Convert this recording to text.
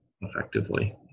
effectively